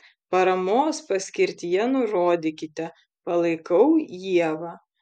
paramos paskirtyje nurodykite palaikau ievą